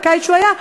בקיץ שהוא היה,